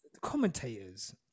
commentators